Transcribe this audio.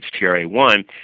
HTRA1